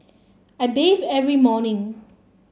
I bathe every morning